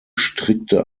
strikte